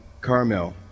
Carmel